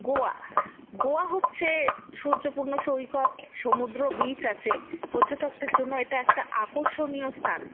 গোয়া গোয়া হচ্ছে সূর্যপূর্ণ সৈকত সমুদ্র বীচ আছে পর্যটকদের জন্য এটা একটা আকর্ষণীয় স্থান